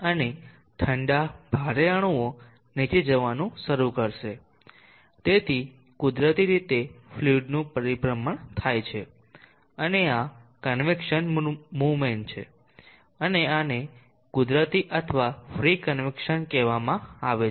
અને ઠંડા ભારે અણુઓ નીચે જવાનું શરૂ કરશે તેથી કુદરતી રીતે ફ્લુઈડનું પરિભ્રમણ થાય છે અને આ કન્વેક્સન મૂવમેન્ટ છે અને આને કુદરતી અથવા ફ્રી કન્વેક્સન કહેવામાં આવે છે